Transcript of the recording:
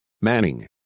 Manning